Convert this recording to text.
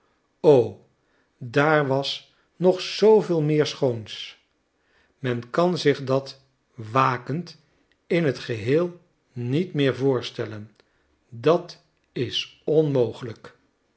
o daar was nog zooveel meer schoons men kan zich dat wakend in het geheel niet meer voorstellen dat is onmogelijk